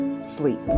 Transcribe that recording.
sleep